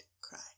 cry